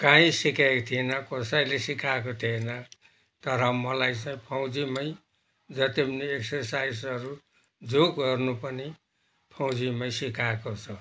कहीँ सिकेको थिइनँ कसैले सिकाएको थिएन तर मलाई चाहिँ फौजीमै जति पनि एक्सर्साइसहरू जो गर्नु पर्ने फौजीमै सिकाएको छ